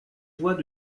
voies